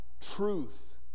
truth